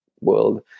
world